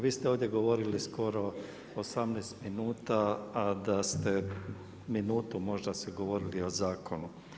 Vi ste ovdje govorili skoro 18 minuta a da ste minutu možda govorili o zakonu.